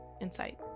insight